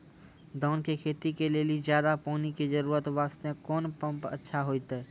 धान के खेती के लेली ज्यादा पानी के जरूरत वास्ते कोंन पम्प अच्छा होइते?